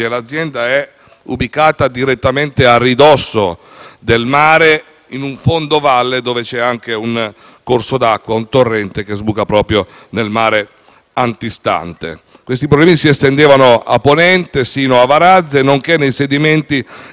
del mare in un fondo valle dove c'è anche un torrente che sbuca proprio nel mare antistante. Questi problemi si estendevano a ponente sino a Varazze, nonché nei sedimenti e nella catena alimentare, a iniziare da pesci, molluschi